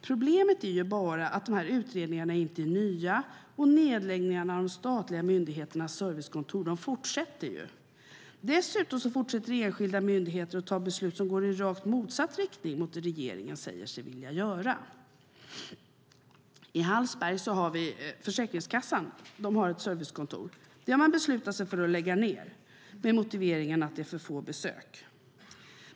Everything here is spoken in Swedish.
Problemet är bara att utredningarna inte är nya, och nedläggningen av de statliga myndigheterna och servicekontoren fortsätter. Dessutom fortsätter enskilda myndigheter att fatta beslut som går i rakt motsatt riktning i förhållande till vad regeringen säger sig vilja göra. I Hallsberg har Försäkringskassan ett servicekontor. Det har man beslutat att lägga ned med motiveringen att det är för få besök.